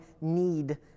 need